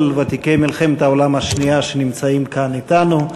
ותיקי מלחמת העולם השנייה שנמצאים כאן אתנו.